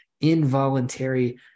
involuntary